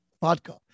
vodka